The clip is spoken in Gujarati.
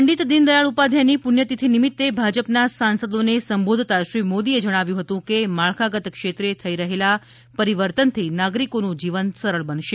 પંડિત દીનદયાળ ઉપાધ્યાયની પુણ્યતિથિ નિમિત્તે ભાજપના સાંસદોને સંબોધતા શ્રી મોદીએ જણાવ્યું હતું કે માળખાગત ક્ષેત્રે થઈ રહેલા પરિવર્તનથી નાગરિકોનું જીવન સરળ બનશે